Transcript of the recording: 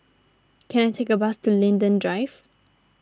can I take a bus to Linden Drive